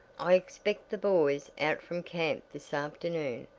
i expect the boys out from camp this afternoon,